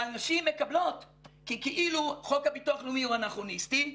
אבל נשים מקבלות כי כאילו חוק הביטוח הלאומי הוא אנכרוניסטי,